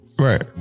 Right